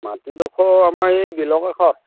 মাটিডোখৰ আমাৰ এই বিলৰ কাষত